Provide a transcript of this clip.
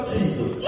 Jesus